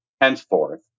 henceforth